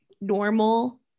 normal